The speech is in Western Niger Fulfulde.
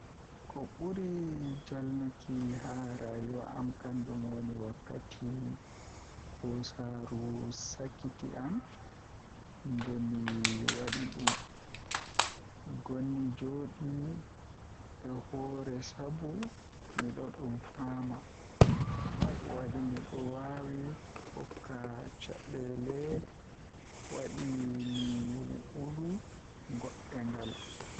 Ko ɓuri Jalnuki haa rayuwa am kannjum woni wakkati ɓoosaaru sakitii am Nde mi waɗi ɗum, mi ngoni jooɗi e hoore sabu miɗo ɗum faama. O waɗi miɗo waawi hokka caɗeele kadi mi wi'ude goɗɗum ngal.